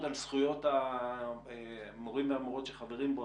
על זכויות המורים והמורות שחברים בו,